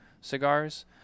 cigars